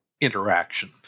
interaction